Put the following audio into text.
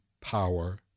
power